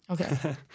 Okay